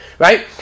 Right